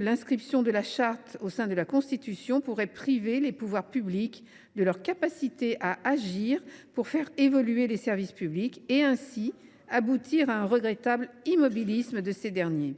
l’inscription de cette charte dans la Constitution pourrait priver les pouvoirs publics de leur capacité à agir pour faire évoluer les services publics. Elle pourrait ainsi aboutir à un regrettable immobilisme de ces derniers.